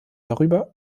darüber